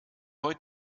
heute